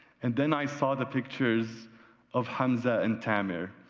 and, then i saw the pictures of hanza and tamir,